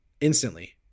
instantly